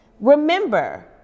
Remember